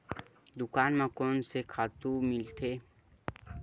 दुकान म कोन से खातु मिलथे?